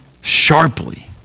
sharply